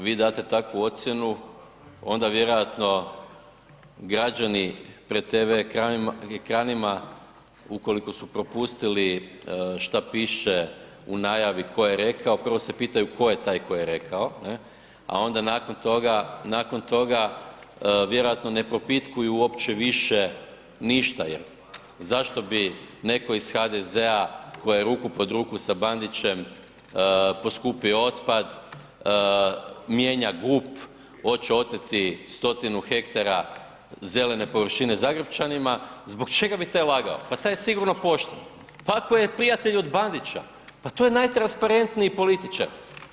Ovo kada vi date takvu ocjenu, ona vjerojatno građani pred TV ekranima ukoliko su propustili šta piše u najavi ko je rekao, prvo se pitaju tko je taj koji je rekao, a onda nakon toga, nakon toga vjerojatno ne propitkuju uopće više ništa jer zašto bi netko iz HDZ-a tko je ruku pod ruku sa Bandićem poskupio otpad, mijenja GUP, hoće oteti 100-tinu hektara zelene površine Zagrepčanima, zbog čega bi taj lagao, pa taj je sigurno pošten, pa i ako je prijatelj od Bandića pa to je najtransparentniji političar.